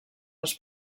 els